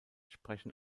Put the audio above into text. sprechen